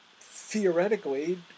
theoretically